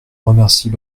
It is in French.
remercie